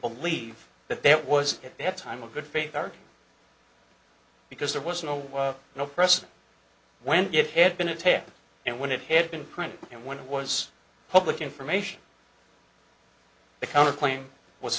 believe that that was at that time a good faith guard because there was no war no press when it had been attacked and when it had been printed and when it was public information the counter claim was